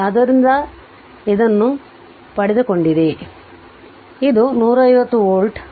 ಆದ್ದರಿಂದ slide time ಇದನ್ನು ಪಡೆದುಕೊಂಡಿದೆ